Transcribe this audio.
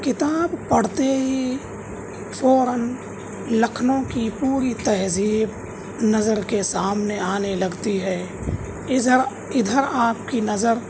کتاب پڑھتے ہی فوراً لکھنؤ کی پوری تہذیب نظر کے سامنے آنے لگتی ہے ادھر ادھر آپ کی نظر